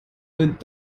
und